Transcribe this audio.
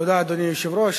אדוני היושב-ראש,